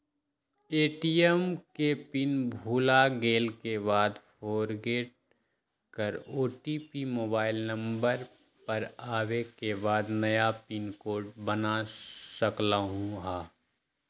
ATM के pin भुलागेल के बाद फोरगेट कर ओ.टी.पी मोबाइल नंबर पर आवे के बाद नया पिन कोड बना सकलहु ह?